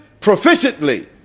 proficiently